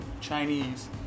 Chinese